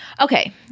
Okay